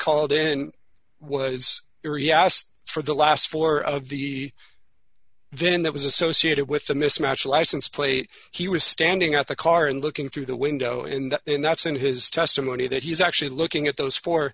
called in was there he asked for the last four of the then that was associated with the mismatch license plate he was standing at the car and looking through the window and that's in his testimony that he is actually looking at those four